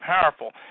powerful